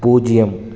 பூஜ்ஜியம்